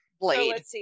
Blade